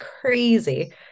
crazy